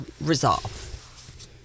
resolve